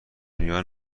میان